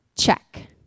Check